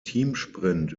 teamsprint